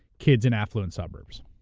kids in affluent suburbs.